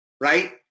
right